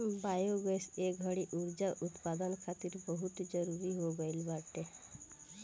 biogas ए घड़ी उर्जा उत्पदान खातिर बहुते जरुरी हो गईल बावे